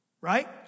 Right